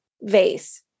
vase